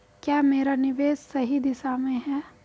क्या मेरा निवेश सही दिशा में है?